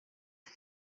com